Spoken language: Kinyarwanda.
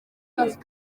kazi